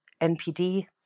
NPD